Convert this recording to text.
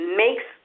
makes